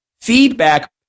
feedback